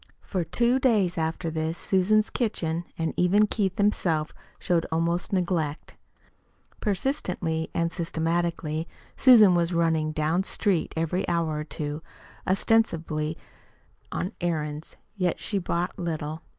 for two days after this susan's kitchen, and even keith himself, showed almost neglect persistently and systematically susan was running down street every hour or two ostensibly on errands, yet she bought little.